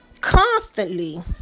constantly